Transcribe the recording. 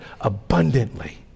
abundantly